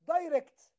direct